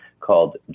called